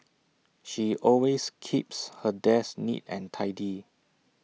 she always keeps her desk neat and tidy